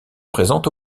présente